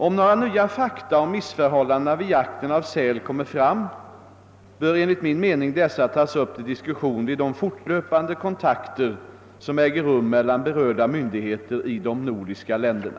Om några nya fakta om missförhållanden vid jakten av säl kommer fram, bör enligt min mening dessa tas upp till diskussion vid de fortlöpande kontakter som äger rum mellan berörda myndigheter i de nordiska länderna.